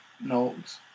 notes